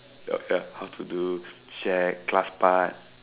ya ya how to do shag class part